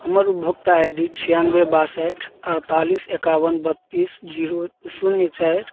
हमर उपभोक्ता I D छियानबे बासठि अड़तालीस एकावन बत्तीस जीरो शून्य चारि